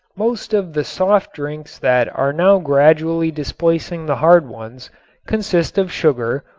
most of the soft drinks that are now gradually displacing the hard ones consist of sugar,